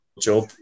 job